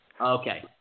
Okay